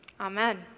Amen